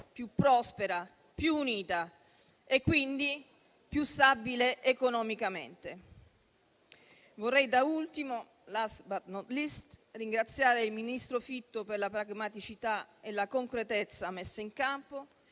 più prospera, più unita e quindi più stabile economicamente. Vorrei da ultimo - *last but not least* - ringraziare il ministro Fitto per la pragmaticità e la concretezza messe in campo,